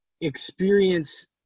experience